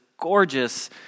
gorgeous